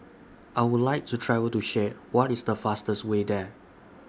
I Would like to travel to Chad What IS The fastest Way There